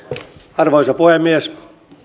arvoisa puhemies